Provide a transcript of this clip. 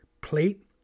plate